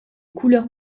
couleurs